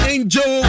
Angel